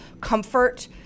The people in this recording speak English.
comfort